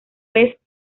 vez